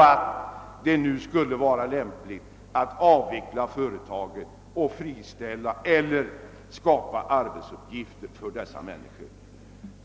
att det nu skulle vara lämpligt att avveckla företaget eftersom det är lätt för de anställda att få annan sysselsättning.